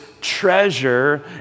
treasure